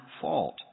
fault